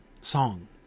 song